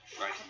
Right